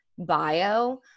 bio